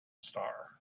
star